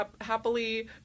happily